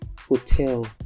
hotel